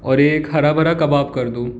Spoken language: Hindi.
और एक हर भरा कबाब कर दो